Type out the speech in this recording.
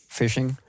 fishing